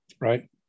right